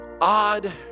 odd